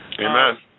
Amen